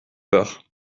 peur